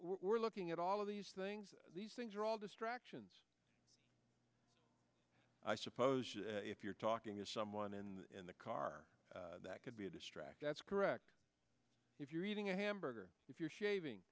we're looking at all of these things these things are all distractions i suppose if you're talking to someone in the car that could be a distract that's correct if you're eating a hamburger if you're shaving